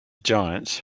giants